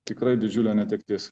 tikrai didžiulė netektis